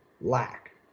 lack